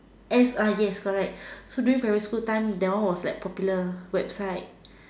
S uh yes correct so during primary school time that one was like popular website